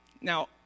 Now